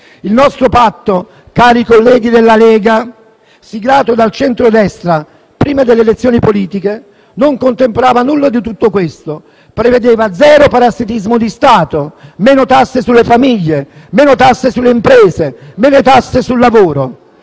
Il nostro patto, cari colleghi della Lega, siglato dal Centrodestra prima delle elezioni politiche non contemplava nulla di tutto questo; prevedeva zero parassitismo di Stato, meno tasse sulle famiglie, meno tasse sulle imprese e sul lavoro.